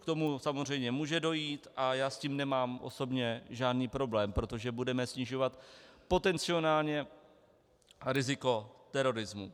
K tomu samozřejmě může dojít a já s tím nemám osobně žádný problém, protože budeme snižovat potenciálně riziko terorismu.